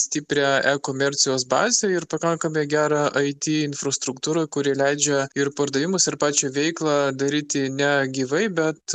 stiprią ekomercijos bazę ir pakankamai gerą it infrastruktūrą kuri leidžia ir pardavimus ir pačią veiklą daryti ne gyvai bet